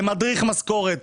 לשלם למדריך משכורת.